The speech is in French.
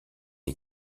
est